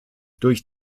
durch